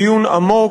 דיון עמוק,